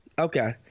Okay